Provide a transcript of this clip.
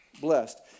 Blessed